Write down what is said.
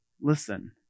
Listen